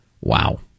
Wow